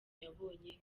yabonye